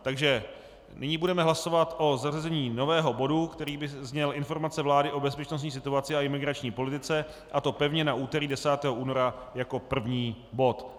Takže nyní budeme hlasovat o zařazení nového bodu, který by zněl: Informace vlády o bezpečnostní situaci a imigrační politice, a to pevně na úterý 10. února jako první bod.